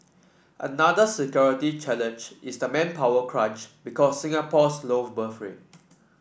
another security challenge is the manpower crunch because Singapore's low birth rate